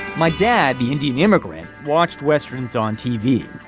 my dad the indian immigrant watched westerns on tv.